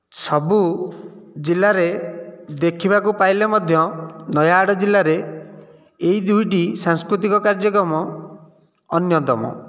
ସବୁ ଜିଲ୍ଲାରେ ଦେଖିବାକୁ ପାଇଲେ ମଧ୍ୟ ନାୟାଗଡ଼ ଜିଲ୍ଲାରେ ଏଇ ଦୁଇଟି ସାଂସ୍କୃତିକ କାର୍ଯ୍ୟକ୍ରମ ଅନ୍ୟତମ